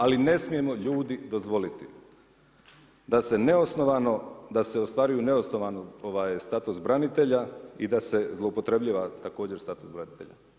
Ali ne smijemo ljudi dozvoliti, da se neosnovano, da se ostvaruju neosnovano status branitelja i da se zloupotrebljiva također status branitelja.